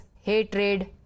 hatred